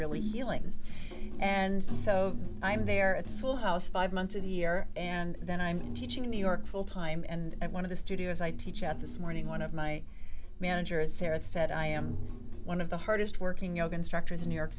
really healing and so i'm there at the schoolhouse five months in the year and then i'm teaching in new york full time and one of the studios i teach at this morning one of my managers here it said i am one of the hardest working yoga instructors in new york